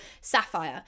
Sapphire